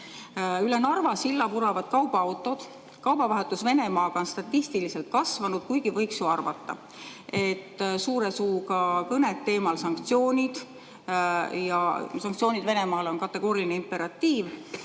Üle Narva silla vuravad kaubaautod, kaubavahetus Venemaaga on statistiliselt kasvanud, kuigi võiks ju arvata, et suure suuga [peetavad] kõned teemal "Sanktsioonid, sanktsioonid Venemaal" on kategooriline imperatiiv.